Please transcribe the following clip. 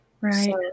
right